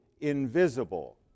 invisible